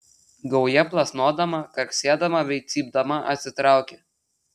gauja plasnodama karksėdama bei cypdama atsitraukė